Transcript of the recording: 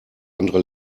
andere